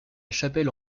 chapelle